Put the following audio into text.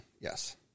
yes